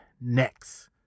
next